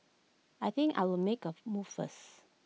I think I'll make A move first